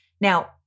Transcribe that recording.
Now